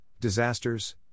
disasters